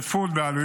בהתאם